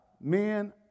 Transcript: men